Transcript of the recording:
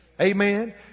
Amen